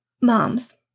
moms